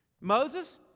Moses